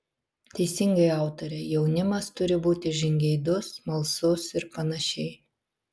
teisingai autore jaunimas turi būti žingeidus smalsus ir panašiai